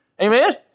Amen